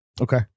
Okay